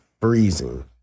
freezing